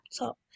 laptop